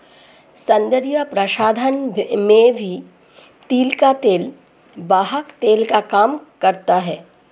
सौन्दर्य प्रसाधन में भी तिल का तेल वाहक तेल का काम करता है